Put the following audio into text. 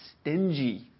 stingy